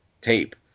tape